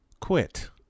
Quit